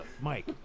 Mike